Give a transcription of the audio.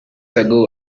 ago